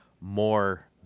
more